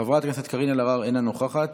חברת הכנסת קארין אלהרר, אינה נוכחת.